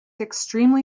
extremely